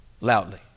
Loudly